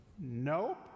Nope